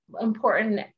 important